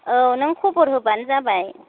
औ नों खबर होबानो जाबाय